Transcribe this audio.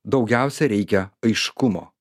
daugiausiai reikia aiškumo